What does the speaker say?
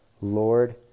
Lord